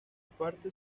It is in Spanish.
parte